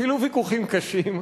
ואפילו ויכוחים קשים,